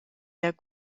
der